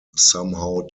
somehow